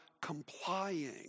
complying